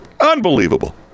unbelievable